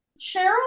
Cheryl